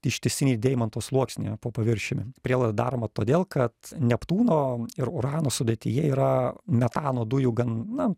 ištisinį deimanto sluoksnį po paviršiumi prielaida daroma todėl kad neptūno ir urano sudėtyje yra metano dujų gan na